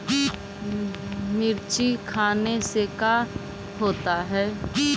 मिर्ची खाने से का होता है?